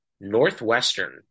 Northwestern